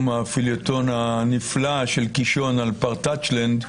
הפיליטון הנפלא של קישון על פרטאצ'יה לנד,